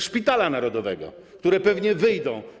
Szpitala Narodowego, które pewnie wyjdą?